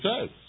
says